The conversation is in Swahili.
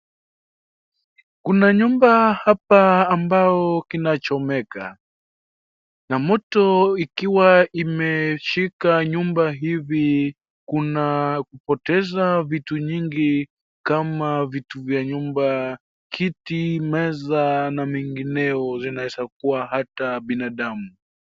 Kuna nyumba hapa ambao kinachomeka. Na moto ikiwa imeshika nyumba hivi kuna kupoteza vitu nyingi kama vitu vya nyumba kiti, meza na mengineo zinaweza kuwa hata binadamu.